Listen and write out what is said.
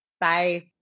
Bye